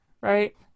right